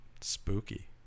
spooky